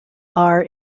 are